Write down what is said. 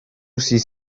sis